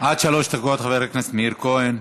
עד שלוש דקות להשיב, חבר הכנסת מאיר כהן.